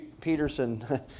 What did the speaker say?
Peterson